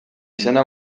izena